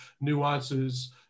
nuances